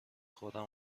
خودم